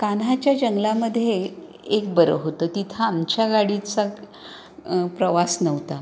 कान्हाच्या जंगलामध्ये एक बरं होतं तिथं आमच्या गाडीचा प्रवास नव्हता